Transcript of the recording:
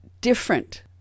different